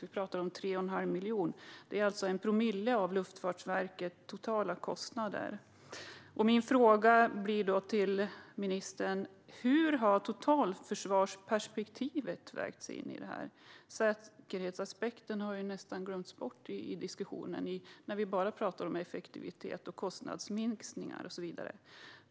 Vi talar om 3 1⁄2 miljon, vilket är en promille av Luftfartsverkets totala kostnader. Min fråga till ministern blir: Hur har totalförsvarsperspektivet vägts in i detta? Säkerhetsaspekten glöms nästan bort i diskussionerna när vi bara pratar om effektivitet, kostnadsminskningar och så vidare.